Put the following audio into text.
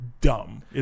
dumb